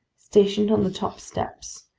stationed on the top steps,